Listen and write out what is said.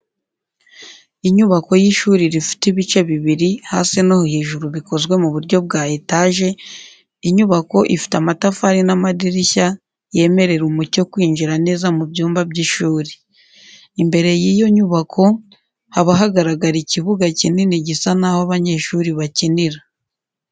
Inyubako y'ishuri rifite ibice bibiri hasi no hejuru bikozwe mu buryo bwa etaje, inyubako ifite amatafari n'amadirishya yemerera umucyo kwinjira neza mu byumba by'ishuri. Imbere yiyo nyubako haba hagaragara ikibuga kinini gisa naho abanyeshuri bakinira .